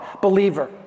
believer